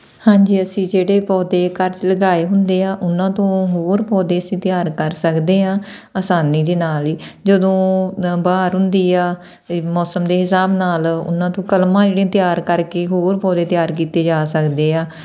ਹਾਂਜੀ ਅਸੀਂ ਜਿਹੜੇ ਪੌਦੇ ਘਰ ਚ ਲਗਾਏ ਹੁੰਦੇ ਆ ਉਹਨਾਂ ਤੋਂ ਹੋਰ ਪੌਦੇ ਅਸੀਂ ਤਿਆਰ ਕਰ ਸਕਦੇ ਹਾਂ ਆਸਾਨੀ ਦੇ ਨਾਲ ਹੀ ਜਦੋਂ ਦਾ ਬਹਾਰ ਹੁੰਦੀ ਆ ਅਤੇ ਮੌਸਮ ਦੇ ਹਿਸਾਬ ਨਾਲ ਉਹਨਾਂ ਤੋਂ ਕਲਮਾਂ ਜਿਹੜੀਆਂ ਤਿਆਰ ਕਰਕੇ ਹੋਰ ਪੌਦੇ ਤਿਆਰ ਕੀਤੇ ਜਾ ਸਕਦੇ ਆ